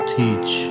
teach